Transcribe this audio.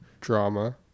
Drama